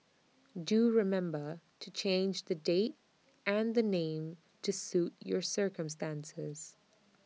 do remember to change the date and the name to suit your circumstances